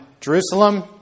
Jerusalem